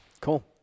cool